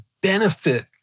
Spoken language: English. benefit